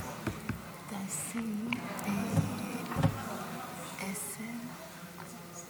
להתייחס גם לגופו של החוק הלא-מאוזן והקיצוני הזה.